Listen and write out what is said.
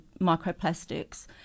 microplastics